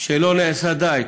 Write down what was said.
שלא נעשה די.